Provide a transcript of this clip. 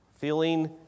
feeling